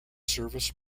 serviced